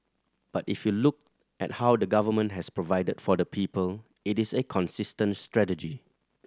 but if you look at how the Government has provided for the people it is a consistent strategy